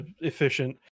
efficient